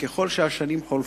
שככל שהשנים חולפות,